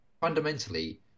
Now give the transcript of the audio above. fundamentally